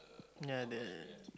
ya the